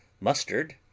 mustard